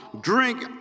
Drink